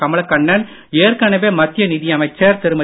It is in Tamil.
கமலக்கண்ணன் ஏற்கனவே மத்திய நிதியமைச்சர் திருமதி